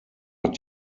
hat